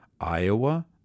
Iowa